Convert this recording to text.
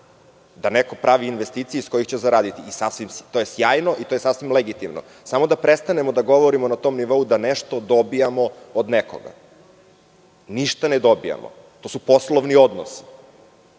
da neko pravi investicije iz kojih će zaraditi, to je sjajno i to je sasvim legitimno, samo da prestanemo da govorimo na tom nivou da nešto dobijamo od nekoga. Ništa ne dobijamo. To su poslovni odnosi.